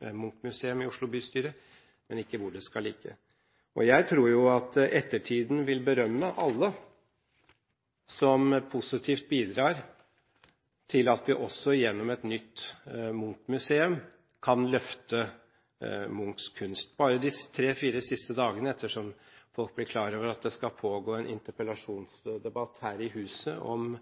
nytt Munch-museum i Oslo bystyre, men ikke hvor det skal ligge. Jeg tror at ettertiden vil berømme alle som positivt bidrar til at vi også gjennom et nytt Munch-museum kan løfte Munchs kunst. Bare i løpet av de tre–fire siste dagene, etter som folk blir klar over at det skal foregå en interpellasjonsdebatt her i huset om